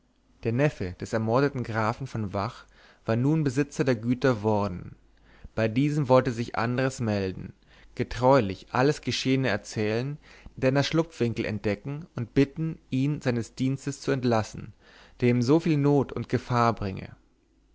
der neffe des ermordeten grafen von vach war nun besitzer der güter worden bei diesem wollte sich andres melden getreulich alles geschehene erzählen denners schlupfwinkel entdecken und bitten ihn seines dienstes zu entlassen der ihm so viel not und gefahr bringe